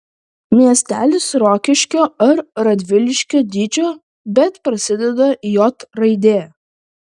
miestelis rokiškio ar radviliškio dydžio bet prasideda j raide